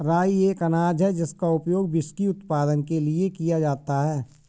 राई एक अनाज है जिसका उपयोग व्हिस्की उत्पादन के लिए किया जाता है